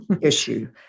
issue